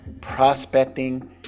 prospecting